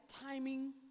timing